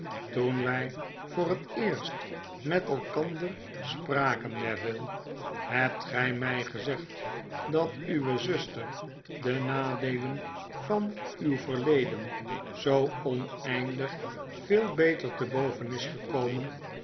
toen wy voor het eerst met elkander spraken neville hebt gy m gezegd dat uwe zuster de nadeelen van uw verleden zoo oneindig veel beter te boven is gekomen